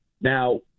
Now